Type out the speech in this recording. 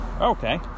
Okay